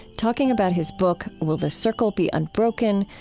talking about his book will the circle be unbroken?